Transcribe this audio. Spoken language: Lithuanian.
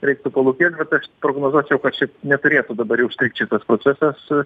reiktų palūkėt bet aš prognozuočiau kad čia neturėtų dabar užstrigt šitas procesas